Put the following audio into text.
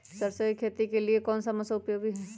सरसो की खेती के लिए कौन सा मौसम उपयोगी है?